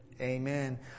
amen